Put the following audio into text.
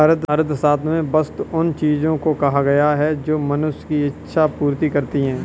अर्थशास्त्र में वस्तु उन चीजों को कहा गया है जो मनुष्य की इक्षा पूर्ति करती हैं